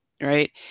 right